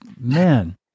man